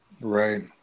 Right